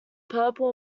purple